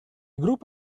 group